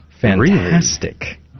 fantastic